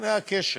הנה הקשר,